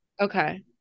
Okay